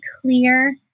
clear